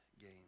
gain